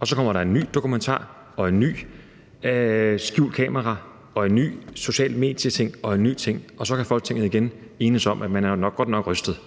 og så kommer der en ny dokumentar og en ny med skjult kamera og en ny social medieting osv. Og så kan Folketinget igen enes om, at man godt nok er rystet.